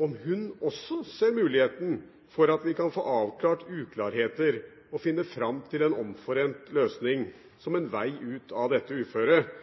om hun også ser muligheten for at vi kan få avklart uklarheter og finne fram til en omforent løsning som en vei ut av dette uføret.